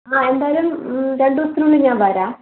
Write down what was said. ആ എന്തായാലും രണ്ട് ദിവസത്തിന് ഉള്ളിൽ ഞാൻ വരാം